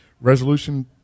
Resolution